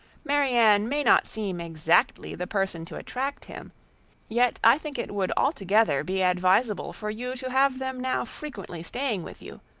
marianne may not seem exactly the person to attract him yet i think it would altogether be advisable for you to have them now frequently staying with you,